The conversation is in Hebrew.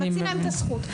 לוקחים מהם את הזכות.